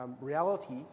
reality